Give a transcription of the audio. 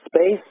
space